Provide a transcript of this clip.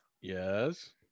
Yes